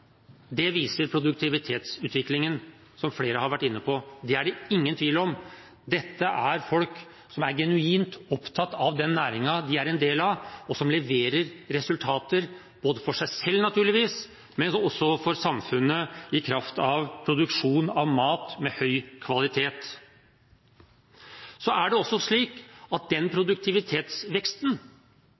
Det viser produktivitetsutviklingen, som flere har vært inne på. Det er det ingen tvil om. Dette er folk som er genuint opptatt av den næringen de er en del av, og som leverer resultater – for seg selv, naturligvis, men også for samfunnet i kraft av produksjon av mat med høy kvalitet. Så er det også slik at denne produktivitetsveksten